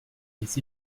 des